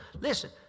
Listen